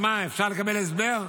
אז מה, אפשר לקבל הסבר?